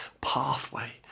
pathway